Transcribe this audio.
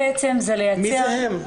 מי זה הם?